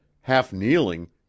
half-kneeling